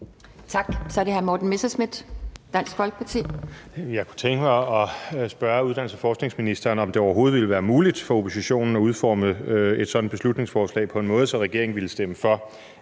Tak. Så er det hr. Morten Messerschmidt, Dansk Folkeparti.